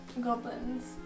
goblins